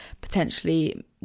potentially